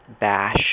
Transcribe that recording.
Bash